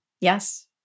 Yes